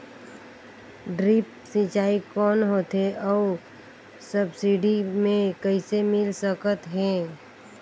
Drip सिंचाई कौन होथे अउ सब्सिडी मे कइसे मिल सकत हे?